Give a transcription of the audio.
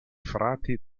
frati